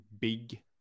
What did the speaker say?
big